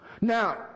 now